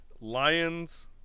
Lions